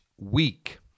week